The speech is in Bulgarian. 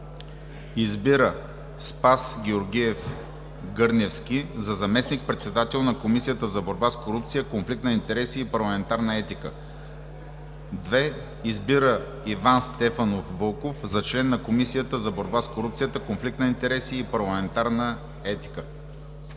Избира Спас Георгиев Гърневски за заместник-председател на Комисията за борба с корупцията, конфликт на интереси и парламентарна етика. 2. Избира Иван Стефанов Вълков за член на Комисията за борба с корупцията, конфликт на интереси и парламентарна етика.“